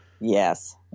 Yes